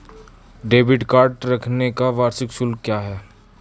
Debit card रखने का वार्षिक शुल्क क्या है?